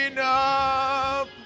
up